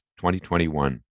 2021